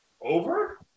Over